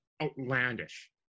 outlandish